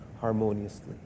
harmoniously